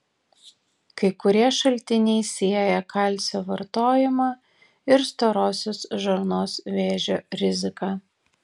kai kurie šaltiniai sieja kalcio vartojimą ir storosios žarnos vėžio riziką